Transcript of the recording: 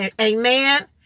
Amen